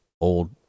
old